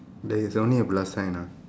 there is only a plus sign ah